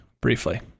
briefly